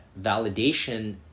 validation